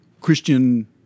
Christian